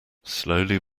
slowly